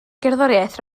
gerddoriaeth